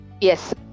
Yes